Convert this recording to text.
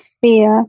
fear